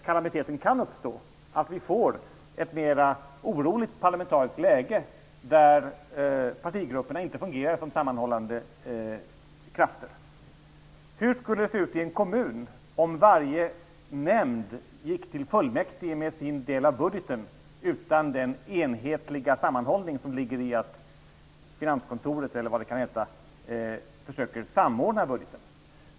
Kalamiteten kan uppstå att vi får ett mera oroligt parlamentariskt läge där partigrupperna inte fungerar som sammanhållande krafter. Hur skulle det se ut i en kommun om varje nämnd gick till fullmäktige med sin del av budgeten utan den enhetliga sammanhållningen bestående av att finanskontoret, eller vad det kan heta, försökte samordna budgeten?